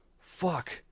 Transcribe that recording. fuck